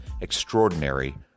extraordinary